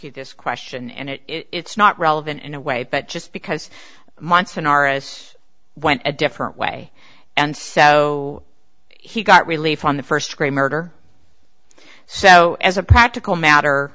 you this question and it it's not relevant in a way but just because munson r s went a different way and so he got relief on the first degree murder so as a practical matter